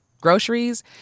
groceries